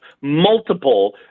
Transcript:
multiple